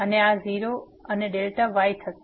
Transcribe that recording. તેથી આ 0 અને Δy થશે